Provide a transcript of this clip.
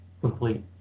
complete